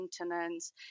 maintenance